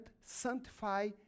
sanctify